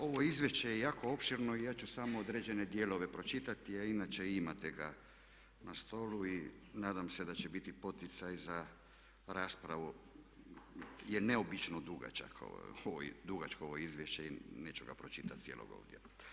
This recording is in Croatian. Ovo izvješće je jako opširno i ja ću samo određene dijelove pročitati, a inače imate ga na stolu i nadam se da će biti poticaj za raspravu je neobično dugačak, dugačko ovo izvješće i neću ga pročitat cijelog ovdje.